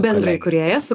bendraįkūrėjas su